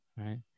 right